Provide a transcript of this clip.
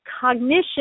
cognition